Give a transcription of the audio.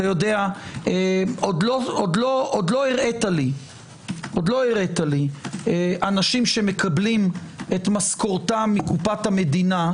עוד לא הראית לי אנשים שמקבלים את משכורתם מקופת המדינה,